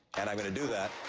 and i'm going to do that